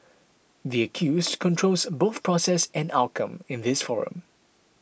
the accused controls both process and outcome in this forum